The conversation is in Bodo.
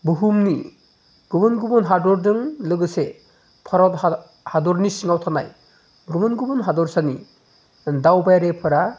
बुहुमनि गुबुन गुबुन हादरजों लोगोसे भारत हादरनि सिङाव थानाय गुबुन गुबुन हादरसानि दावबायारिफोरा